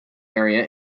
area